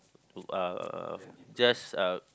uh just uh